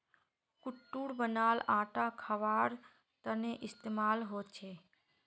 कुट्टूर बनाल आटा खवार तने इस्तेमाल होचे